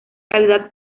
calidad